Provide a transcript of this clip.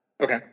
Okay